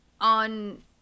on